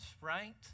right